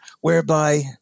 whereby –